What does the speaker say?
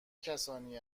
کسانی